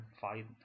find